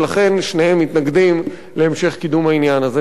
ולכן שניהם מתנגדים להמשך קידום העניין הזה.